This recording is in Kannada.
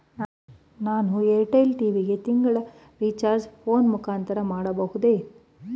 ನಾನು ಏರ್ಟೆಲ್ ಟಿ.ವಿ ಗೆ ತಿಂಗಳ ರಿಚಾರ್ಜ್ ಫೋನ್ ಮುಖಾಂತರ ಮಾಡಬಹುದೇ?